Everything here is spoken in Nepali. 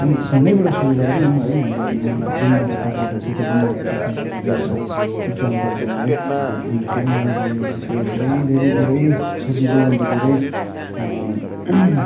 हामी फोनैबाट सुरु गरौँ न है हाम्रो जुन रेकर्ड गर्दैछु त्यो पनि एउटा टेक्नोलोजीकै एउटा इक्जामपल हो है अन्त टेक्नोलोजीले चाहिँ धेरै धेरै धेरै सजिलो अन्त धेरै धेरै